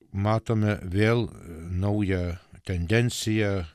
matome vėl naują tendenciją